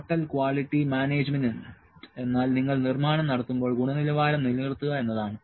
total quality management എന്നാൽ നിങ്ങൾ നിർമ്മാണം നടത്തുമ്പോൾ ഗുണനിലവാരം നിലനിർത്തുക എന്നതാണ്